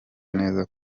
neza